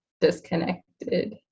disconnected